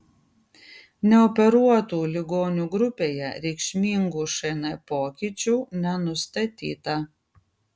neoperuotų ligonių grupėje reikšmingų šn pokyčių nenustatyta